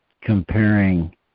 comparing